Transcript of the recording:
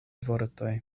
vortoj